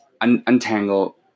untangle